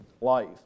life